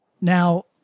Now